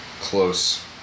Close